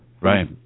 Right